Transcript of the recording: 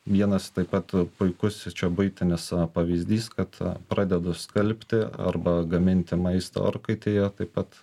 vienas taip pat puikus čia buitinis pavyzdys kad pradedu skalbti arba gaminti maistą orkaitėje taip pat